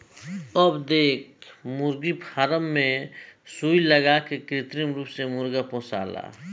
अब देख मुर्गी फार्म मे सुई लगा के कृत्रिम रूप से मुर्गा पोसाला